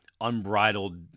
unbridled –